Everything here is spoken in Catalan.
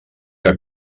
que